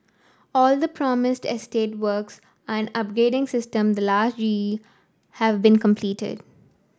all the promised estate works and upgrading since the last G E have been completed